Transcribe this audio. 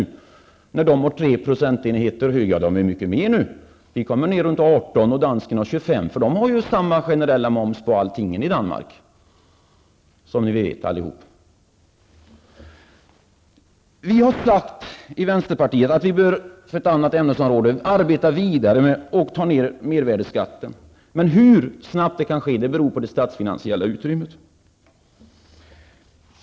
Vi kommer ner runt 18 %, medan dansken har 25 %. De har nämligen samma generella moms på allting i Danmark, som bekant. Vi i vänterpartiet har sagt att vi behöver arbeta vidare med att sänka mervärdeskatten. Hur snabbt det kan ske beror emellertid på det statsfinansiella utrymmet.